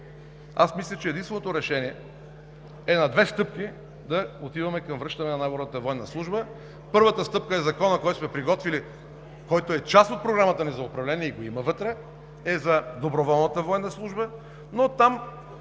Мисля, че единственото решение е на две стъпки – да отидем към връщане на наборната военна служба. Първата стъпка е Законът, който сме приготвили и който е част от Програмата ни за управление и го има вътре, за доброволната военна служба, но там